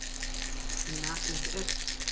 and that is it.